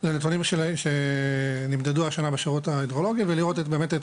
לנתונים שנמדדו השנה על ידי השירות ההידרולוגי ולראות באמת את